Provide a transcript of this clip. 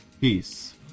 peace